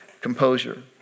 composure